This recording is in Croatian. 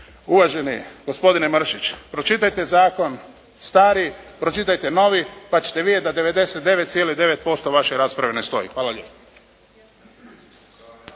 uvaženi gospodine Mršić pročitajte zakon stari, pročitajte novi pa ćete vidjeti da 99,9% vaše rasprave ne stoji. Hvala lijepa.